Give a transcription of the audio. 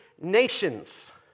nations